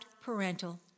parental